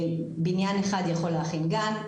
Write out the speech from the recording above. בניין אחד יכול להכיל גן,